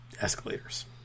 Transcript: escalators